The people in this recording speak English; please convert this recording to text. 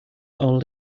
all